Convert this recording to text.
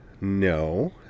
no